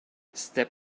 step